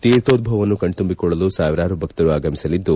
ತೀರ್ಥೋಧ್ವವನ್ನು ಕಣ್ತುಂಬಿಕೊಳ್ಳಲು ಸಾವಿರಾರು ಭಕ್ತರು ಆಗಮಿಸಲಿದ್ದು